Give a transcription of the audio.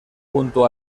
junto